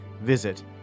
Visit